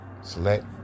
select